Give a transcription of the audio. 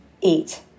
eat